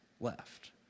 left